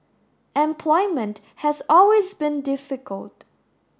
employment has always been difficult